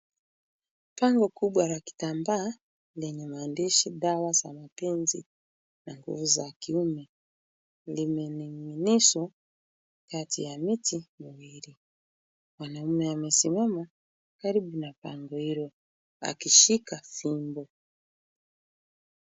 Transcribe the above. Bango kubwa la kitambaa lenye maandishi dawa za mapenzi na nguvu za kiume limening'inizwa kati ya miti miwili. Mwanaume amesimama karibu na bango hilo akishika fimbo.